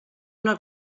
una